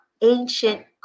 ancient